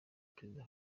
perezida